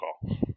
call